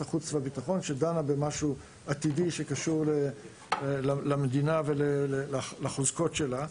החוץ והביטחון שדנה במשהו עתידי שקשור למדינה ולחוזקות שלה.